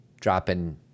dropping